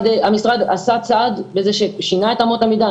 המשרד עשה צעד, שינה את אמות המידה.